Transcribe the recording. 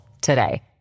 today